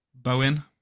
Bowen